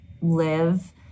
live